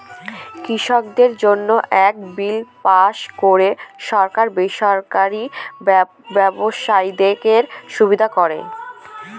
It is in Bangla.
কৃষকদের জন্য এক বিল পাস করে সরকার বেসরকারি ব্যবসায়ীদের সুবিধা করেন